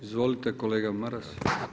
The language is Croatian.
Izvolite kolega Maras.